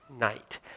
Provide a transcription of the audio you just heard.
night